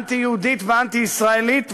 אנטי-יהודית, אנטי-ישראלית ואנטי-דמוקרטית,